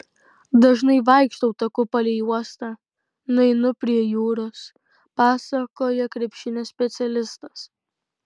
dažnai vaikštau taku palei uostą nueinu prie jūros pasakoja krepšinio specialistas